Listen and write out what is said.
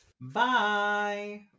Bye